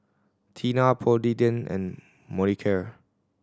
Tena Polident and Molicare